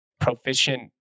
proficient